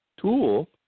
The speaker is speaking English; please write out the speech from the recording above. tool